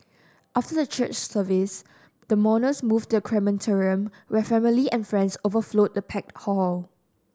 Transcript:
after the church service the mourners moved to the crematorium where family and friends overflowed the packed hall